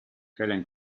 helen